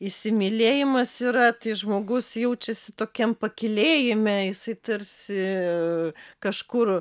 įsimylėjimas yra tai žmogus jaučiasi tokiam pakylėjime jisai tarsi kažkur